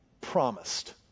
promised